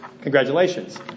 Congratulations